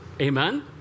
Amen